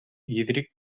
hídric